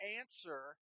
answer